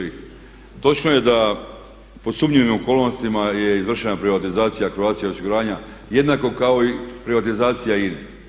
I točno je da pod sumnjivim okolnostima je izvršena privatizacija Croatia osiguranja jednako kako i privatizacija INA-e.